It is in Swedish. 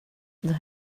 det